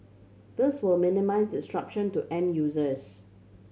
this will minimise disruption to end users